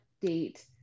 date